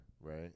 Right